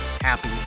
happy